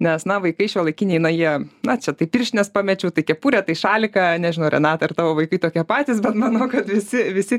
nes na vaikai šiuolaikiniai na jie na čia tai pirštines pamečiau kepurę šaliką nežinau renata ar tavo vaikai tokie patys bet manau kad visi visi